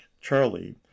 Charlie